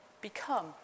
become